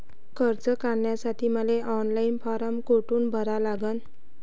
कर्ज काढासाठी मले ऑनलाईन फारम कोठून भरावा लागन?